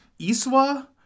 Iswa